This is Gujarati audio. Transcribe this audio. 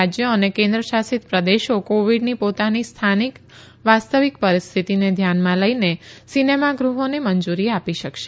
રાજ્યોતથા કેન્દ્રશાસિત પ્રદેશો કોવીડની પોતાની સ્થાનિક વાસ્તવિક પરિસ્થિતિને ધ્યાનમાં લઇને સિનેમાગૃહોને મંજુરી આપી શકશે